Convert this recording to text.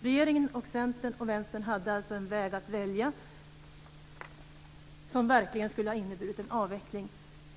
Regeringen, Centern och Vänstern hade alltså en väg att välja som verkligen skulle ha inneburit en avveckling.